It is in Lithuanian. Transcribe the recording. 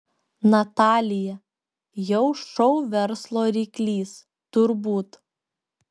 natalija jau šou verslo ryklys turbūt